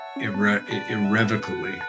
irrevocably